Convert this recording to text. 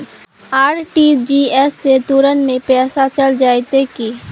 RTGS से तुरंत में पैसा चल जयते की?